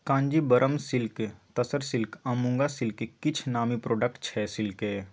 Kanjeevaram silk, tussar silk आ muga silk किछ नामी प्रोडक्ट छै सिल्कक